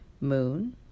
Moon